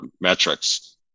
metrics